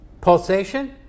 pulsation